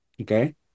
okay